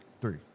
Three